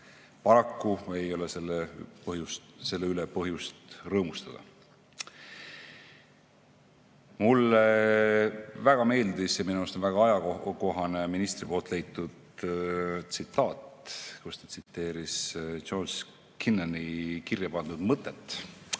Paraku ei ole selle üle põhjust rõõmustada. Mulle väga meeldis ja minu arust on väga ajakohane ministri leitud tsitaat, kus ta tsiteeris George Kennani kirjapandud mõtet,